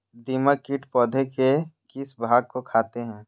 दीमक किट पौधे के किस भाग को खाते हैं?